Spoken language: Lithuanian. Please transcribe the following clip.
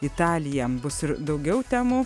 italiją bus ir daugiau temų